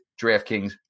DraftKings